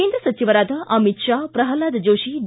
ಕೇಂದ್ರ ಸಚಿವರಾದ ಅಮಿತ್ ಶಾ ಪ್ರಹ್ಲಾದ್ ಜೋಶಿ ಡಿ